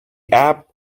app